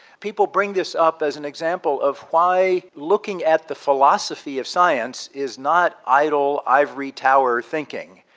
people bring this up as an example of why looking at the philosophy of science is not idle, ivory tower thinking,